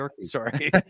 Sorry